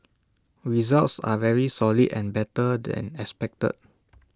results are very solid and better than expected